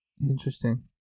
Interesting